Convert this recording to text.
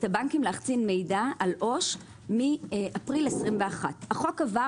הבנקים להחצין מידע על עו"ש מאפריל 21'. החוק עבר